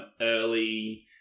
early